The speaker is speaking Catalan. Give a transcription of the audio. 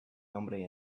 nombre